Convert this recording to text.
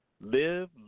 live